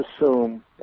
assume